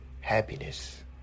happiness